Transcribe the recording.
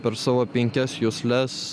per savo penkias jusles